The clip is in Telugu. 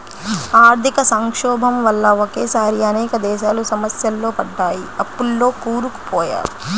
ఆర్థిక సంక్షోభం వల్ల ఒకేసారి అనేక దేశాలు సమస్యల్లో పడ్డాయి, అప్పుల్లో కూరుకుపోయారు